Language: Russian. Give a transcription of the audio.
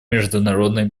международной